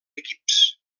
equips